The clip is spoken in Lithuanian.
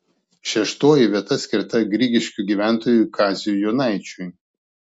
šeštoji vieta skirta grigiškių gyventojui kaziui jonaičiui